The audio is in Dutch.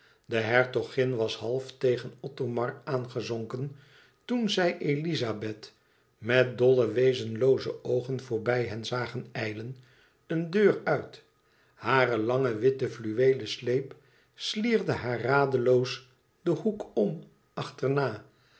de hertogin was half tegen othomar aangezonken toen zij elizabeth met dolle wezenlooze oogen voorbij hen zagen ijlen een deur uit hare lange witte fluweelen sleep slierde haar radeloos den hoek om achterna